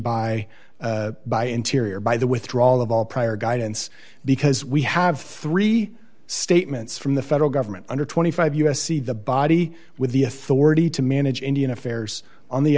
by by interior by the withdrawal of all prior guidance because we have three statements from the federal government under twenty five dollars u s c the body with the authority to manage indian affairs on the